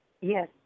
Yes